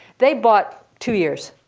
they bought two years,